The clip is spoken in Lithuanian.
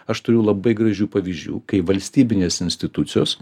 aš turiu labai gražių pavyzdžių kai valstybinės institucijos